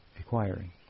acquiring